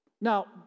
Now